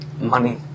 Money